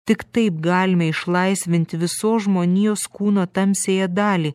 tik taip galime išlaisvinti visos žmonijos kūno tamsiąją dalį